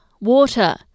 water